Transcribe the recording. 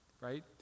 right